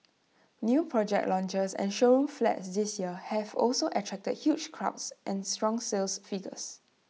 new project launches and showroom flats this year have also attracted huge crowds and strong sales figures